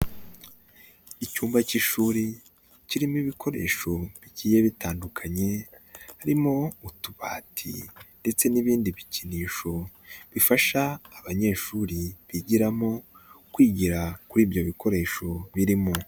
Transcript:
Icyumba cy'ishuri kirimo ibikoresho bigiye bitandukanye, haririmo utubati ndetse n'ibindi bikinisho, bifasha abanyeshuri bigiramo, kwigira kuri ibyo bikoresho, birimo.